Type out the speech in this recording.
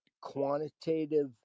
quantitative